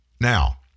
Now